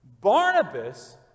Barnabas